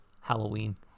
Halloween